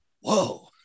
whoa